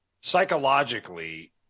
psychologically